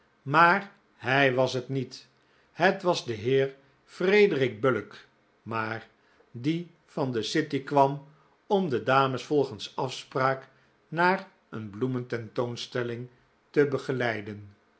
maar hij was het niet het was de heer frederic bullock maar die van de city kwam om de dames volgens afspraak naar een bloemententoonstelling te begeleiden